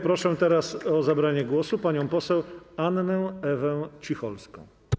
Proszę teraz o zabranie głosu panią poseł Annę Ewę Cicholską.